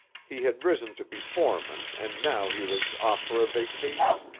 he had risen to be foreman and now he was off for a vacation,